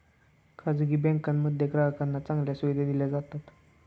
खासगी बँकांमध्ये ग्राहकांना चांगल्या सुविधा दिल्या जातात